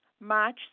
March